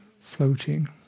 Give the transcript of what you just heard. floating